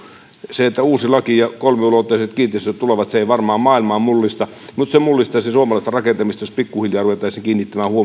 se että uusi laki ja kolmiulotteiset kiinteistöt tulevat ei varmaan maailmaa mullista mutta se mullistaisi suomalaista rakentamista jos pikkuhiljaa ruvettaisiin kiinnittämään